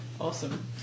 Awesome